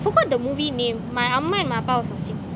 forgot the movie name my அம்மா:amma and அப்பா:appa was watching